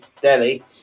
Delhi